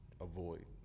avoid